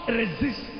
resist